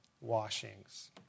washings